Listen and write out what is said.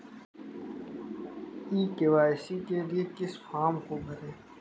ई KYC के लिए किस फ्रॉम को भरें?